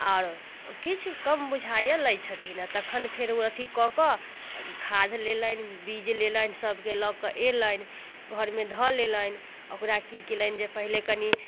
आओर किछु कम बुझाइए लै छथिन तखन फेर ओ अथी कऽ कऽ खाद लेलनि बीज लेलनि सभके लऽ कऽ अयलनि घरमे धऽ लेलनि ओकरा की कयलनि जे पहिले कनि